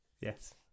yes